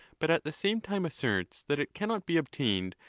but at the same time asserts that it cannot be obtained,